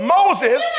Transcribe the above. Moses